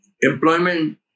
employment